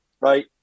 right